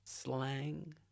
Slang